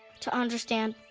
to understand,